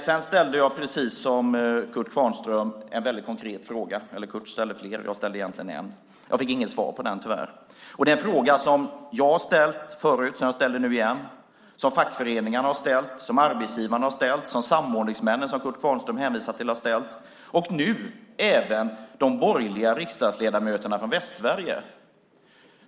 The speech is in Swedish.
Jag ställde precis som Kurt Kvarnström en konkret fråga - Kurt ställde fler, jag ställde en. Jag fick inget svar på den tyvärr. Det är en fråga som jag har ställt förut som jag ställer nu igen, som fackföreningarna har ställt, som arbetsgivarna har ställt, som samordningsmännen som Kurt Kvarnström hänvisade till har ställt och nu även de borgerliga riksdagsledamöterna från Västsverige.